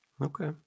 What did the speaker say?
Okay